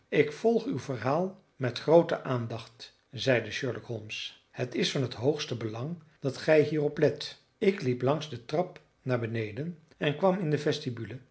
ik volg uw verhaal met groote aandacht zeide sherlock holmes illustratie ik vond den bode in diepen slaap het is van het hoogste belang dat gij hierop let ik liep langs de trap naar beneden en kwam in de